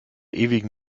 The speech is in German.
ewigen